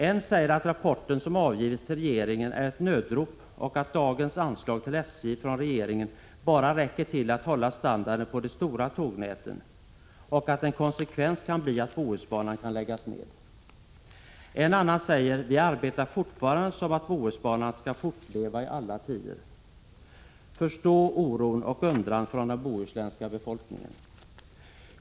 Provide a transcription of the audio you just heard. En säger att rapporten som avgivits till regeringen är ett nödrop och att dagens anslag till SJ från regeringen bara räcker till att hålla standarden på de stora tågnäten och att en konsekvens kan bli att Bohusbanan kan läggas ned. En annan säger: ”Vi arbetar fortfarande som att Bohusbanan skall fortleva i alla tider.” Förstå oron och undran från den bohuslänska befolkningen!